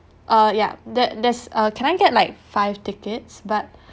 uh yeah that there's uh can I get like five tickets but